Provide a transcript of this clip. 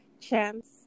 chance